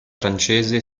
francese